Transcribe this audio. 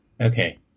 Okay